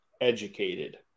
educated